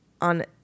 on